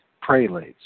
prelates